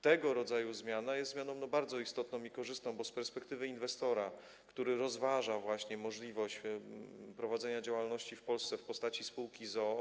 Tego rodzaju zmiana jest zmianą bardzo istotną i korzystną z perspektywy inwestora, który rozważa właśnie możliwość prowadzenia działalności w Polsce w postaci spółki z o.o.